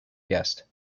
guest